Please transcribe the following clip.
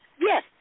Yes